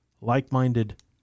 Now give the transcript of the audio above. like-minded